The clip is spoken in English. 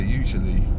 usually